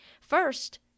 First